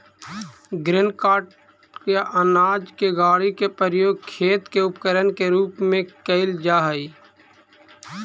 grain cart या अनाज के गाड़ी के प्रयोग खेत के उपकरण के रूप में कईल जा हई